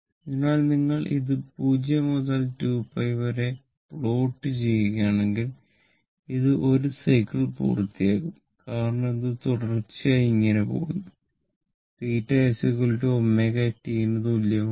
അതിനാൽ നിങ്ങൾ ഇത് 0 മുതൽ 2π വരെ പ്ലോട്ട് ചെയ്യുകയാണെങ്കിൽ ഇത് 1 സൈക്കിൾ പൂർത്തിയാക്കും കാരണം ഇത് തുടർച്ചയായി ഇങ്ങനെ പോകുന്നു θ ωt ന് തുല്യമാണ്